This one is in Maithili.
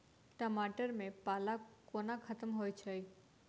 टमाटर मे पाला कोना खत्म होइ छै?